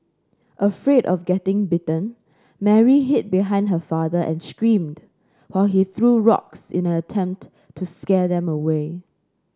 afraid of getting bitten Mary hid behind her father and screamed while he threw rocks in an attempt to scare them away